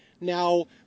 Now